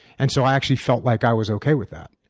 and so i actually felt like i was okay with that.